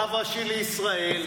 רב ראשי לישראל.